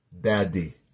Daddy